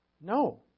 No